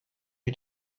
you